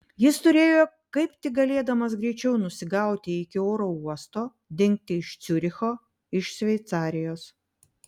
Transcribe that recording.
jis turėjo kaip tik galėdamas greičiau nusigauti iki oro uosto dingti iš ciuricho iš šveicarijos